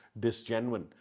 disgenuine